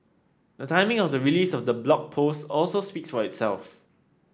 the timing of the release of the Blog Post also speaks for itself